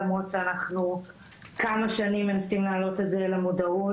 אחרי שכבר כמה שנים אנחנו מנסים להעלות את זה למודעות.